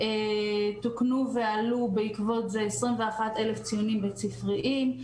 תוקנו ועלו בעקבות זה 21 אלף ציונים בית-ספריים.